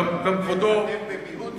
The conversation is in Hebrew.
אתם במיעוט מבוטל.